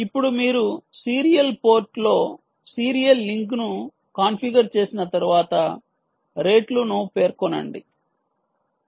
ఇప్పుడు మీరుసీరియల్ పోర్ట్ లో సీరియల్ లింక్ను కాన్ఫిగర్ చేసిన తరువాత రేట్లు ను పేర్కొనండి చూడండి సమయం 3514